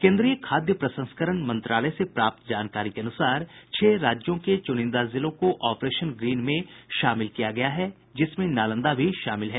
केन्द्रीय खाद्य प्रसंस्करण मंत्रालय से प्राप्त जानकारी के अनुसार छह राज्यों के चुनिंदा जिलों को ऑपरेशन ग्रीन में शामिल किया गया है जिसमें नालंदा भी शामिल है